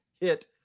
hit